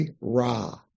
Ra